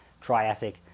Triassic